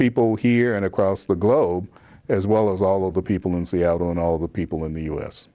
people here and across the globe as well as all of the people in seattle and all the people in the u